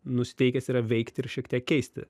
nusiteikęs yra veikti ir šiek tiek keisti